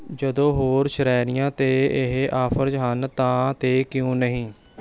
ਜਦੋਂ ਹੋਰ ਸ਼੍ਰੇਣੀਆਂ 'ਤੇ ਇਹ ਆਫ਼ਰਜ਼ ਹਨ ਤਾਂ 'ਤੇ ਕਿਉਂ ਨਹੀਂ